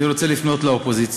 אני רוצה לפנות לאופוזיציה: